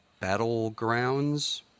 Battlegrounds